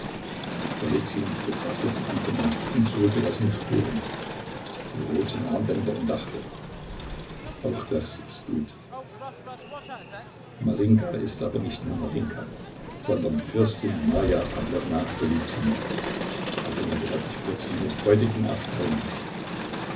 betrachtete die von den stricken zurückgelassenen spuren die roten armbänder und dachte auch das ist gut marinjka ist aber nicht mehr marinjka sondern fürstin marja pawlowna golizyna erinnerte er sich plötzlich mit freudigem erstaunen